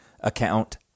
account